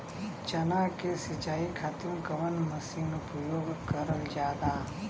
चना के सिंचाई खाती कवन मसीन उपयोग करल जाला?